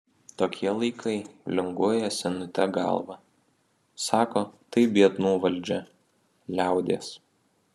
tokie laikai linguoja senutė galva sako tai biednų valdžia liaudies